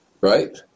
right